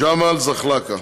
ג'מאל זחאלקה,